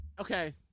okay